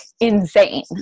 insane